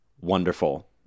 wonderful